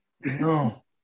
No